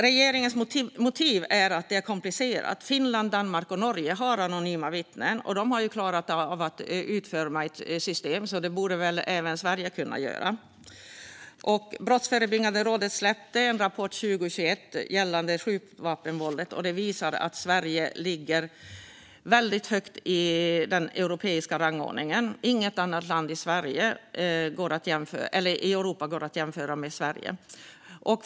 Regeringens motiv är att det är komplicerat. Men Finland, Danmark och Norge har anonyma vittnen och har klarat av att utforma ett system för det, så det borde väl även Sverige kunna göra. Brottsförebyggande rådet släppte 2021 en rapport gällande skjutvapenvåldet. Rapporten visar att Sverige ligger väldigt högt i den europeiska rangordningen. Inget annat land i Europa går att jämföra med Sverige.